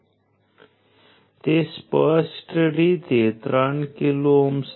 આ રઝિસ્ટરને ડીલીવર કરવામાં આવતો પાવર છે જેને V2 R તરીકે પણ લખી શકાય છે